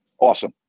Awesome